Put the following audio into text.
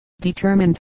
determined